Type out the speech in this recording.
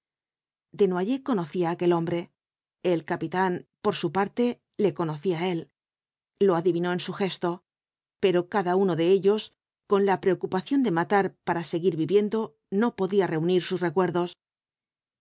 desnoyers conocía á aquel hombre el capitán por su parte le conocía á él lo adivinó en su gesto pero cada uno de ellos con la preocupación de matar para seguir viviendo no podía reunir sus recuerdos desnoyers